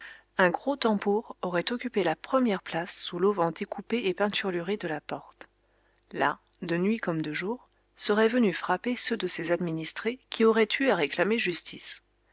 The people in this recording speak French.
un gros tambour aurait occupé la première place sous l'auvent découpé et peinturluré de la porte là de nuit comme de jour seraient venus frapper ceux de ses administrés qui auraient eu à réclamer justice